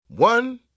One